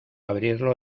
abrirlo